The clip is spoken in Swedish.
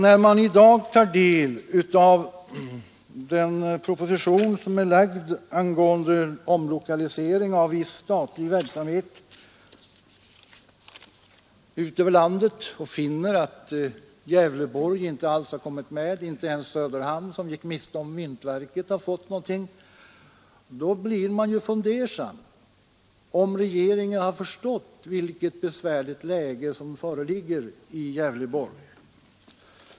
När man i dag tar del av den proposition som är framlagd angående omlokalisering av viss statlig verksamhet och finner att Gävleborgs län inte alls har kommit med — inte ens Söderhamn, som gick miste om myntverket, har fått någonting — blir man fundersam och undrar om regeringen har förstått i vilket besvärligt läge Gävleborgs län befinner sig.